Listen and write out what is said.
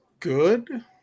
Good